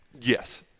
Yes